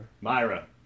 Myra